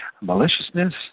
maliciousness